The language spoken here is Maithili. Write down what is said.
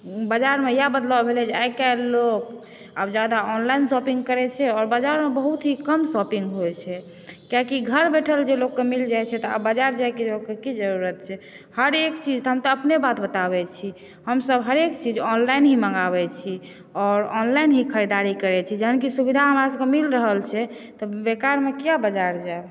बजारमे इएह बदलाव भेलै जे आइ काल्हि लोक आब ज्यादा ऑनलाइन शॉपिंग करै छै आओर बजारमे बहुत ही कम शॉपिंग होइ छै किएकि घर बैठल जे लोककेँ मिल जाइ छै तऽ आब बजार जायके लोकके की जरूरत छै हरेक चीज तऽ हम तऽ अपने बात बताबै छी हमसब हरेक चीज ऑनलाइन ही मंगाबै छी आओर ऑनलाइन ही खरीदारी करै छी जहनकि सुविधा हमरा सभकए मिल रहल छै तऽ बेकारमे किएक बजार जायब